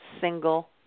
single